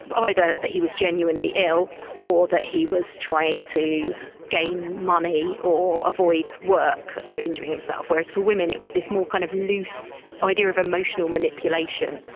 either that he was genuinely ill or that he was trying to gain money or avoid work through injuring himself. whereas for women it was this more kind of loose idea of emotional manipulation,